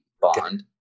bond